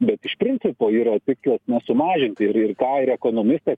bet iš principo yra tikslas nesumažinti ir ir ką ir ekonomistė